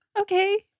Okay